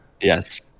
yes